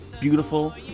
beautiful